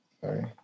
sorry